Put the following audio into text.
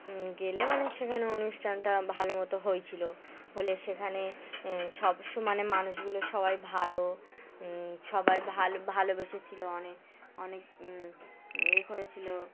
গেলে মানে সেখানে অনুষ্ঠানটা ভালো মতো হয়েছিলো হলে সেখানে সব সমানে মানুষগুলো সবাই ভালো সবাই ভালো ভালোবেসেছিলো অনেক অনেক করেছিলো